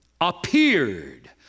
appeared